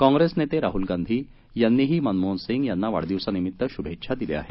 काँग्रेस नेते राहूल गांधी यांनीही मनमोहन सिंग यांना वाढदिवसानिमित्त शूभेच्छा दिल्या आहेत